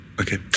Okay